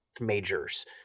majors